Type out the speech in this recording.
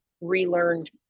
relearned